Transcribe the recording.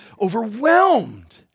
overwhelmed